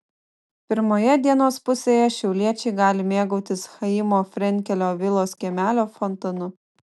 pirmoje dienos pusėje šiauliečiai gali mėgautis chaimo frenkelio vilos kiemelio fontanu